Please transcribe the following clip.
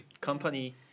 company